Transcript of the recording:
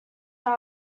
that